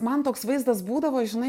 man toks vaizdas būdavo žinai